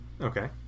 Okay